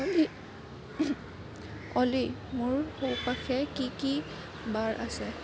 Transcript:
অলি অলি মোৰ চৌপাশে কি কি বাৰ আছে